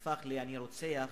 נהפכה ל"אני רוצח,